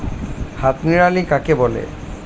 হাত নিড়ানি কাকে বলে?